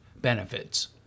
benefits